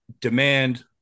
demand